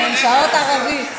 כן, שעות ערבית.